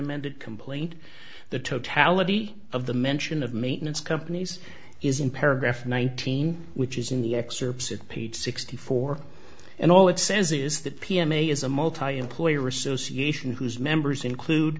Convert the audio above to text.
amended complaint the totality of the mention of maintenance companies is in paragraph nineteen which is in the excerpts it paid sixty four and all it says is that p m a is a multi employer association whose members include